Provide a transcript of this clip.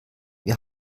wir